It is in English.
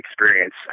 experience